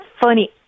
funny